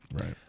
Right